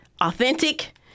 authentic